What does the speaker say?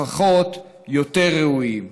לפחות יותר ראויים".